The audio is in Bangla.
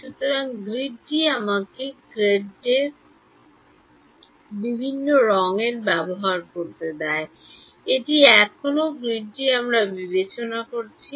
সুতরাং গ্রিডটি আমাকে গ্রিডটি ভিন্ন রঙের ব্যবহার করতে দেয় এটি এখনও গ্রিডটি আমি বিবেচনা করছি